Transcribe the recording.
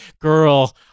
girl